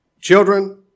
children